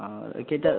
অঁ কেইটাত